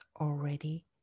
already